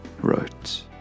wrote